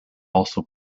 also